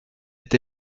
est